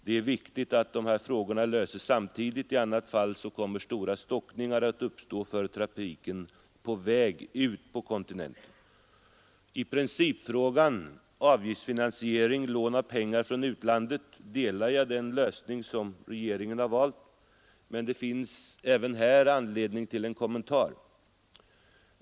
Det är viktigt att dessa frågor löses samtidigt, ty i annat fall kommer stora stockningar att uppstå för trafiken på väg ut på kontinenten I principfrågan avgiftsfinansiering-lån av pengar från utlandet delar jag den lösning som regeringen har valt. Men det finns även där anledning till några kommentarer.